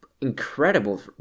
Incredible